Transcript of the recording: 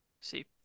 see